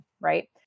right